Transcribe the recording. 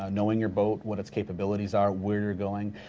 knowing your boat, what it's capabilities are, where you're going,